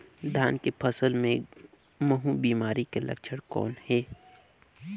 धान के फसल मे महू बिमारी के लक्षण कौन हे?